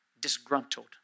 disgruntled